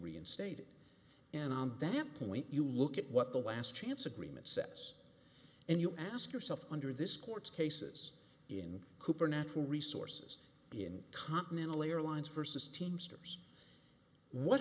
reinstated and on that point you look at what the last chance agreement says and you ask yourself under this court's cases in cooper natural resources in continental airlines versus teamsters what